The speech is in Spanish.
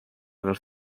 los